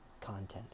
content